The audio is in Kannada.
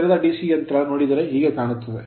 ತೆರೆದ DC ಯಂತ್ರವನ್ನು ನೋಡಿದರೆ ಹೀಗೆ ಕಾಣುತ್ತದೆ